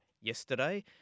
yesterday